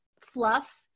fluff